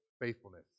faithfulness